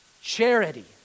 charity